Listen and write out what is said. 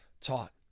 taught